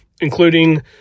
including